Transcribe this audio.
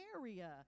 area